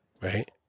right